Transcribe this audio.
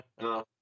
no